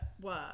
work